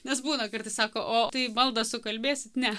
nes būna kartais sako o tai maldą sukalbėsit ne